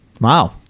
Wow